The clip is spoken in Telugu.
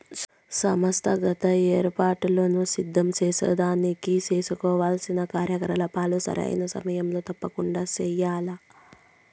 సంస్థాగత ఏర్పాట్లను సిద్ధం సేసేదానికి సేసుకోవాల్సిన కార్యకలాపాల్ని సరైన సమయంలో తప్పకండా చెయ్యాల్ల